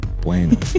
Bueno